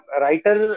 writer